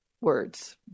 Words